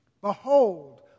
Behold